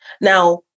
Now